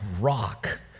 rock